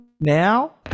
now